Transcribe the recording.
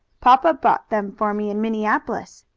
papa bought them for me in minneapolis.